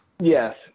Yes